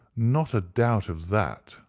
not a doubt of that,